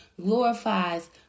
glorifies